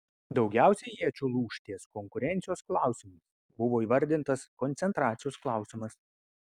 daugiausiai iečių lūš ties konkurencijos klausimais buvo įvardintas koncentracijos klausimas